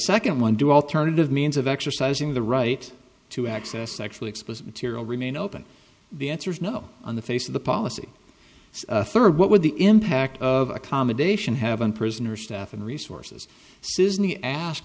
second one do alternative means of exercising the right to access sexually explicit material remain open the answer is no on the face of the policy third what would the impact of accommodation have been prisoners staff and resources